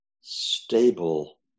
stable